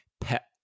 pet